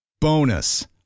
Bonus